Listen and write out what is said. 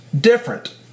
Different